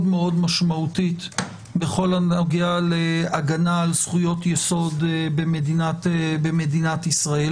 מאוד משמעותית בכל הנוגע להגנה על זכויות-יסוד במדינת ישראל.